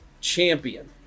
champion